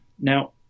Now